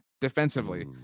defensively